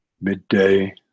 Midday